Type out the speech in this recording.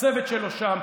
הצוות שלו שם.